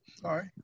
Sorry